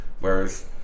whereas